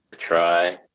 try